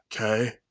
Okay